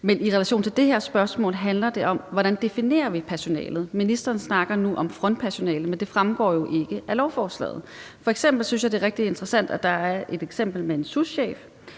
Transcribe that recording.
Men i relation til det her spørgsmål handler det om, hvordan vi definerer personalet. Ministeren snakker nu om frontpersonale, men det fremgår jo ikke af lovforslaget. F.eks. synes jeg, det er rigtig interessant, at der er et eksempel med en souschef,